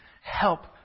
Help